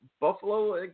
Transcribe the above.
Buffalo